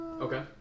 Okay